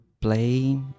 play